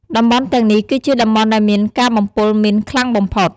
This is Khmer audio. តំបន់ទាំងនេះគឺជាតំបន់ដែលមានការបំពុលមីនខ្លាំងបំផុត ។